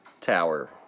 tower